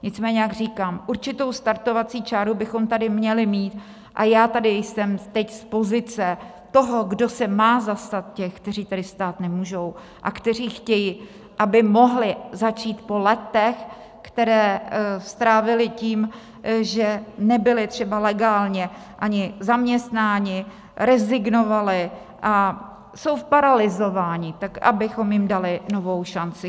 Nicméně jak říkám, určitou startovací čáru bychom tady měli mít a já tady jsem teď z pozice toho, kdo se má zastat těch, kteří tady stát nemůžou a kteří chtějí, aby mohli začít po letech, která strávili tím, že nebyli třeba legálně ani zaměstnáni, rezignovali a jsou paralyzováni, tak abychom jim dali novou šanci.